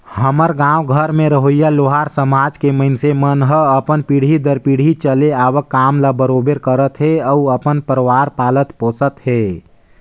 हमर गाँव घर में रहोइया लोहार समाज के मइनसे मन ह अपन पीढ़ी दर पीढ़ी चले आवक काम ल बरोबर करत हे अउ अपन परवार पालत पोसत हे